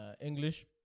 english